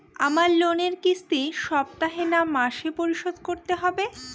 আমার লোনের কিস্তি সপ্তাহে না মাসে পরিশোধ করতে হবে?